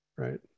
Right